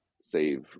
save